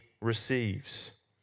receives